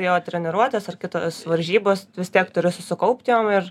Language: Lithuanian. jo treniruotės ar kitos varžybos vis tiek turi susikaupti ir